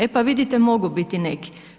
E pa vidite, mogu biti neki.